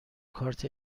کارت